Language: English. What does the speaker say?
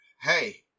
Hey